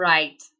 Right